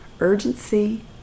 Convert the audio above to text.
Urgency